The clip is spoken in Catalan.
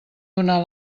donar